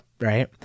right